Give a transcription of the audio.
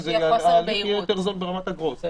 ההליך יהיה יותר זול ברמת אגרות.